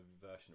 version